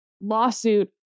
lawsuit